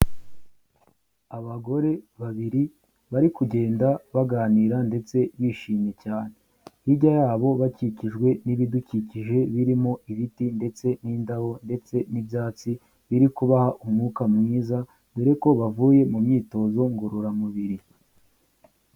Abagore babiri bari kugenda baganira ndetse bishimye cyane, hirya yabo bakikijwe n'ibidukikije birimo ibiti ndetse n'indabo ndetse n'ibyatsi biri kubaha umwuka mwiza dore ko bavuye mu myitozo ngororamubiri.